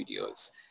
videos